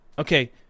Okay